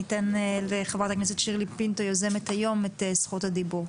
אתן לחברת הכנסת שירלי פינטו יוזמת היום את זכות הדיבור.